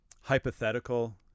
hypothetical